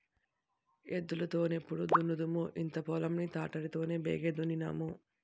ఎద్దులు తో నెప్పుడు దున్నుదుము ఇంత పొలం ని తాటరి తోనే బేగి దున్నేన్నాము